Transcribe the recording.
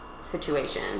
situation